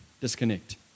disconnect